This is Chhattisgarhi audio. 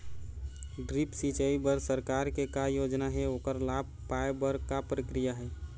ड्रिप सिचाई बर सरकार के का योजना हे ओकर लाभ पाय बर का प्रक्रिया हे?